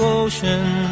ocean